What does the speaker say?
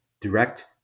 direct